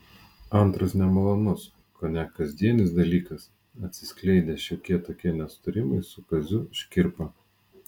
antras nemalonus kone kasdienis dalykas atsiskleidę šiokie tokie nesutarimai su kaziu škirpa